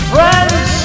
Friends